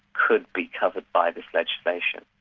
could be covered by this legislation.